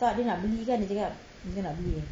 tak dia nak belikan dia cakap dia nak beli eh